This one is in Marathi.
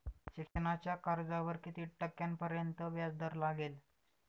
शिक्षणाच्या कर्जावर किती टक्क्यांपर्यंत व्याजदर लागेल?